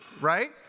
Right